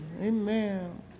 Amen